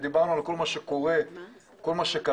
דיברנו על כל מה שקורה ועל כל מה שקרה.